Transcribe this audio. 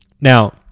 Now